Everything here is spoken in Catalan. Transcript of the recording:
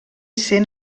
sent